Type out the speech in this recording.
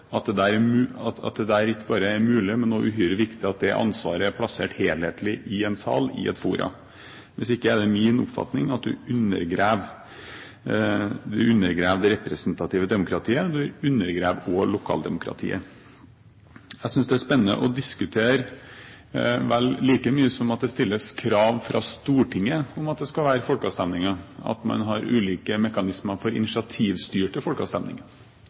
det der ikke bare er mulig, men også uhyre viktig at det ansvaret blir plassert helhetlig i en sal, i et forum. Hvis ikke, er det min oppfatning at man undergraver det representative demokratiet, og man undergraver også lokaldemokratiet. Jeg synes det er spennende å diskutere – like mye som at det stilles krav fra Stortinget om at det skal være folkeavstemninger – at man har ulike mekanismer for